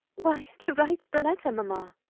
why, to write the letter, mamma.